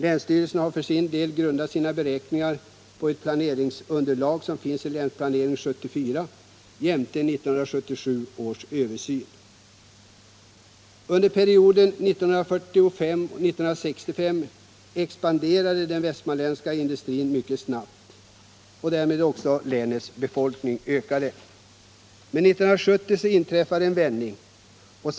Länsstyrelsen har för sin del grundat sina beräkningar på ett planeringsunderlag som finns i Länsplanering 74 jämte 1977 års översyn. Under perioden 1945-1965 expanderade den västmanländska industrin snabbt. Länets folkmängd ökade därmed starkt. 1970 inträffade emellertid en vändning.